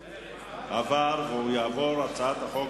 לדיון מוקדם בוועדה שתקבע ועדת הכנסת